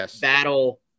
battle